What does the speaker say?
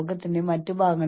വീണ്ടും medical profession